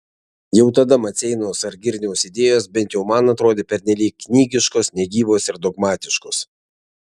jau tada maceinos ar girniaus idėjos bent jau man atrodė pernelyg knygiškos negyvos ir dogmatiškos